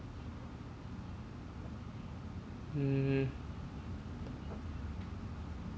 mm